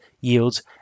yields